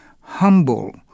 humble